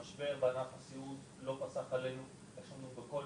המשבר בענף הסיעוד לא פסח עלינו ויש לנו בכל